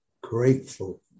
grateful